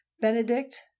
Benedict